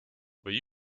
või